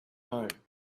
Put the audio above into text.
home